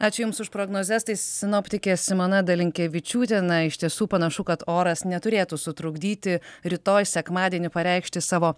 ačiū jums už prognozes tai sinoptikė simona dalinkevičiūtė na iš tiesų panašu kad oras neturėtų sutrukdyti rytoj sekmadienį pareikšti savo